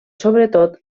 sobretot